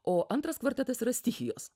o antras kvartetas yra stichijos